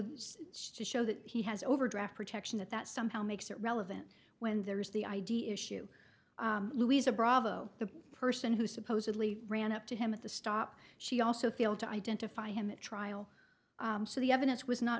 the show that he has overdraft protection that that somehow makes it relevant when there is the id issue luisa bravo the person who supposedly ran up to him at the stop she also failed to identify him at trial so the evidence was not